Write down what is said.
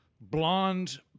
blonde